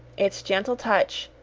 its gentle touch,